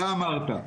אתה אמרת.